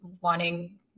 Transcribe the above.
wanting